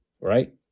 right